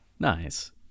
Nice